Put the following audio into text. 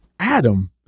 Adam